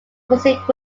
music